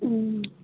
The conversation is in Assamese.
ও